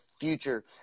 future